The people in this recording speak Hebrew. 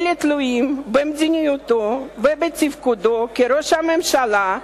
אלא תלויים במדיניותו ובתפקודו כראש הממשלה,